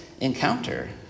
encounter